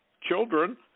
children